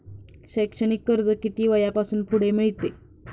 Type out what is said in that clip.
शैक्षणिक कर्ज किती वयापासून पुढे मिळते?